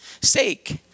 sake